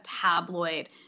tabloid